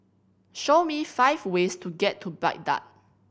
show me five ways to get to Baghdad